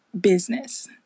business